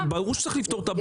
ברור שצריך לפתור את הבעיה.